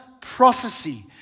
prophecy